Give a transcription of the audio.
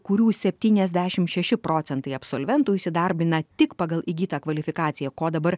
kurių septyniasdešim šeši procentai absolventų įsidarbina tik pagal įgytą kvalifikaciją ko dabar